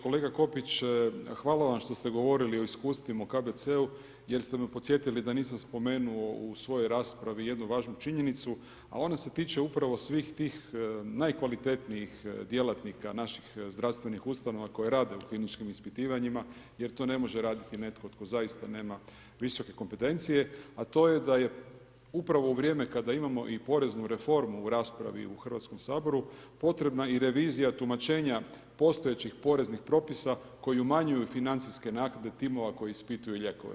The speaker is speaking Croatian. Kolega Kopić hvala vam što ste govorili o iskustvima u KBC-u jer ste me podsjetili da nisam spomenuo u svojoj raspravi jednu važnu činjenicu, a ona se tiče upravo svih tih najkvalitetnijih djelatnika naših zdravstvenih ustanova koje radi u kliničkim ispitivanjima jer to ne može raditi netko tko zaista nema visoke kompetencije, a to je da je upravo u vrijeme kada imamo i poreznu reformu u raspravi u Hrvatskom saboru potrebna i revizija tumačenja postojećih poreznih propisa koji umanjuju financijske naknade timova koji ispituju lijekove.